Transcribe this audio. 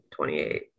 28